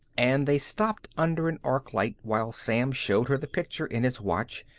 and they stopped under an arc light while sam showed her the picture in his watch,